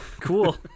cool